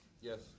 Yes